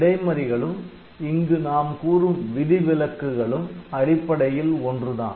இடைமறிகளும் இங்கு நாம் கூறும் விதிவிலக்குகளும் அடிப்படையில் ஒன்றுதான்